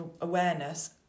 awareness